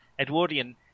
Edwardian